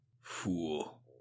Fool